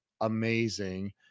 amazing